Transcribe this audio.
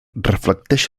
reflecteix